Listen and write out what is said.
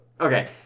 Okay